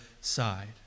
side